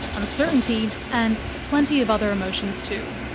uncertainty, and plenty of other emotions too.